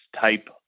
type